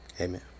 Amen